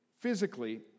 physically